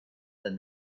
their